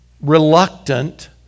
reluctant